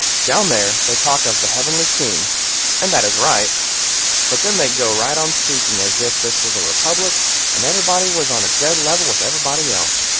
down there they talk of the heavenly king and that is right but then they go right on speaking as if this was a republic and everybody was on a dead level with everybody else,